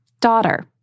daughter